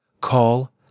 Call